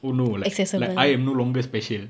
oh no like like I am no longer special